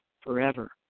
forever